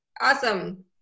Awesome